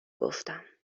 گفتم